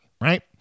right